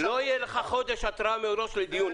--- לא יהיה לך חודש התרעה של חודש מראש לדיון,